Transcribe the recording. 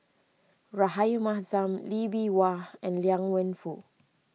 Rahayu Mahzam Lee Bee Wah and Liang Wenfu